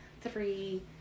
three